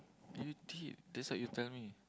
you did that's what you tell me